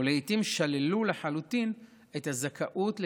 ולעיתים שללו לחלוטין את הזכאות לקצבאות.